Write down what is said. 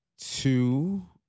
two